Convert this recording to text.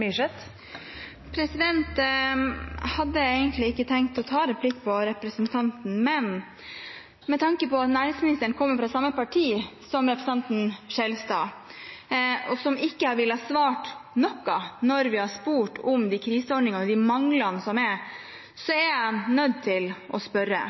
Jeg hadde egentlig ikke tenkt å ta replikk på representanten, men med tanke på at næringsministeren kommer fra samme parti som representanten Skjelstad og ikke har villet svare noe når vi har spurt om kriseordningene og de manglene som er, er jeg nødt til å spørre.